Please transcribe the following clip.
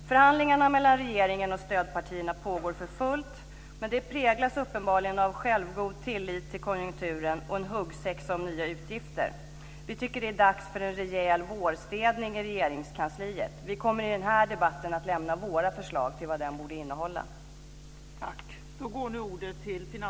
Förhandlingarna mellan regeringen och stödpartierna pågår för fullt, men de präglas uppenbarligen av självgod tillit till konjunkturen och en huggsexa om nya utgifter. Vi tycker att det är dags för en rejäl vårstädning i Regeringskansliet. Vi kommer i den här debatten att lämna våra förslag till vad den borde innehålla.